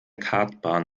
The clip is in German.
kartbahn